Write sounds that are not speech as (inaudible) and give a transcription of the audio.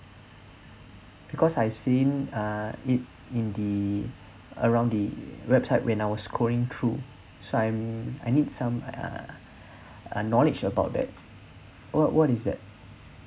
because I've seen in uh it in the around the website when I was scrolling through so I'm I need some uh (breath) knowledge about that what what is that